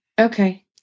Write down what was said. Okay